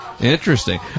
Interesting